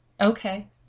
Okay